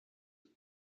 the